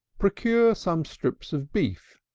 procure some strips of beef,